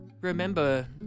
Remember